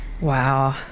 wow